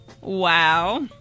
Wow